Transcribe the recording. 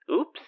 oops